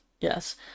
yes